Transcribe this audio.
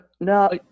No